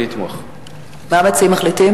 אני אגיד את זה בשפה המשפטית